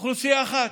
אוכלוסייה אחת.